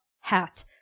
hat